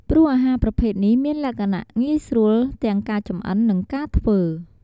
ព្រោះអាហារប្រភេទនេះមានលក្ខណៈងាយស្រួលទាំងការចម្អិននិងការធ្វើ។